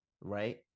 right